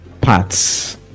parts